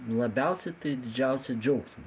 labiausiai tai didžiausią džiaugsmą